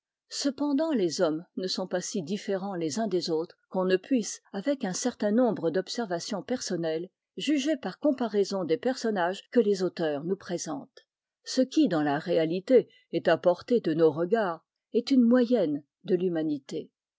cependant les hommes ne sont pas si différents les uns des autres qu'on ne puisse avec un certain nombre d'observations personnelles juger par comparaison des personnages que les auteurs nous présentent ce qui dans la réalité est à portée de nos regards est une moyenne de l'humanité